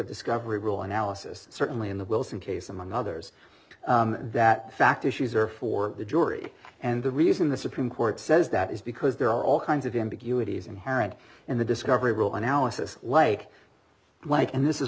discovery rule analysis certainly in the wilson case among others that fact issues are for the jury and the reason the supreme court says that is because there are all kinds of ambiguity is inherent in the discovery rule analysis like like and this